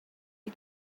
you